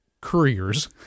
couriers